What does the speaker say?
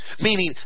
Meaning